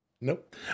Nope